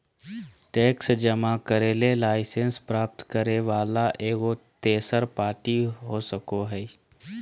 tax जमा करे ले लाइसेंस प्राप्त करे वला एगो तेसर पार्टी हो सको हइ